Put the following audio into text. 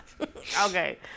Okay